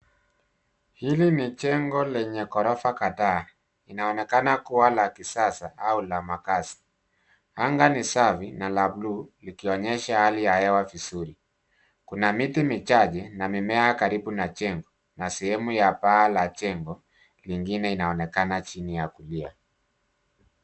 Hili ni jengo lenye ghorofa kadhaa. Inaonekana kuwa la kisasa au la makaazi. Anga ni safi na la bluu likionyesha hali ya hewa vizuri. Kuna miti michache na mimea karibu na jengo na sehemu la paa la jengo lingine inaonekana chini ya kulia.